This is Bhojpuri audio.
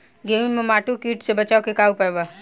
गेहूँ में माहुं किट से बचाव के का उपाय बा?